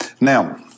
Now